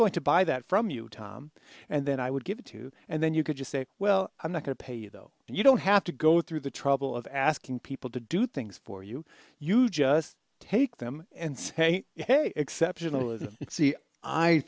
going to buy that from you tom and then i would give it to and then you could just say well i'm not going to pay though you don't have to go through the trouble of asking people to do things for you you just take them and say hey exceptionalis